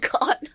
God